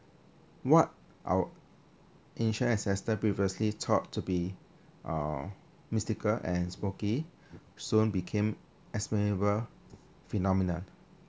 what our initial assessment previously thought to be uh mystical and smokey soon became explainable phenomena